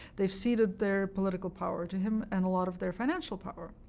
they've ceded their political power to him, and a lot of their financial power,